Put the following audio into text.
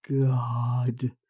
God